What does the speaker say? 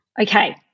Okay